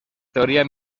teoria